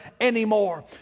anymore